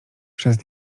przez